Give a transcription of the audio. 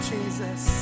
Jesus